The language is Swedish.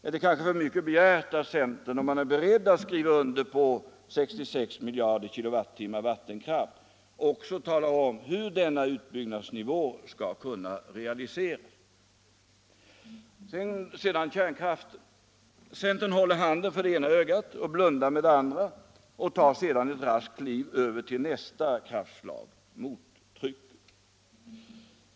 Är det kanske för mycket begärt att centern, om man är beredd att instämma i att det behövs 66 miljarder k Wh vattenkraft, också talar om hur denna utbyggnadsnivå skall kunna realiseras? Sedan kärnkraften! Centern håller handen för det ena ögat, blundar med det andra och tar sedan ett raskt kliv över till nästa kraftslag, mottrycket.